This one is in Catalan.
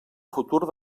futur